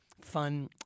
fun